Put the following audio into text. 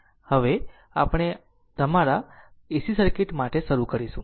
હવે આપણે તમારા AC સર્કિટ માટે શરૂ કરીશું